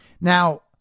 now